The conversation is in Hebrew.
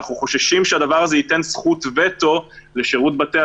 אנחנו חוששים שהדבר הזה ייתן זכות וטו לשירות בתי